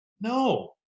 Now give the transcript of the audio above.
No